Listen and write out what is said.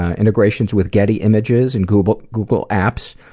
integrations with getty images and google google apps,